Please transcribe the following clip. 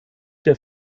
der